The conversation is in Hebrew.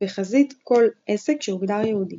בחזית כל עסק שהוגדר יהודי,